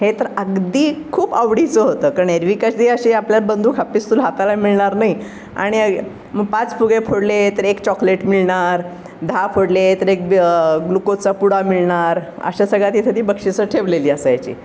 हे तर अगदी खूप आवडीचं होतं कारण एरवी कधी अशी आपल्याला बंदूक हा पिस्तूल हाताळायला मिळणार नाही आणि मग पाच फुगे फोडले तर एक चॉकलेट मिळणार दहा फोडले तर एक ग्लुकोजचा पुडा मिळणार अशा सगळ्या तिथे ती बक्षिसं ठेवलेली असायची